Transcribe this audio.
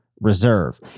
reserve